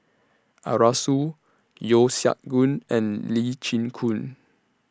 Arasu Yeo Siak Goon and Lee Chin Koon